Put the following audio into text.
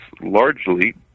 largely